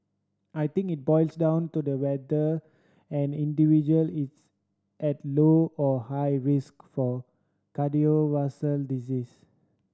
I think it boils down to the whether and individual it's at low or high risk for cardiovascular disease